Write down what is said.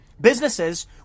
businesses